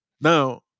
Now